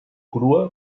crua